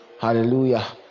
hallelujah